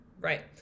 Right